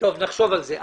נחשוב על זה.